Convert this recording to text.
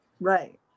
Right